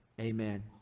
Amen